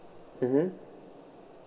mmhmm